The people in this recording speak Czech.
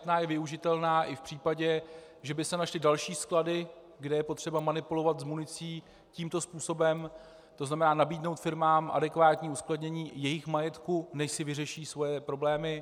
Květná je využitelná i v případě, že by se našly další sklady, kde je potřeba manipulovat s municí tímto způsobem, to znamená nabídnout firmám adekvátní uskladnění jejich majetku, než si vyřeší svoje problémy.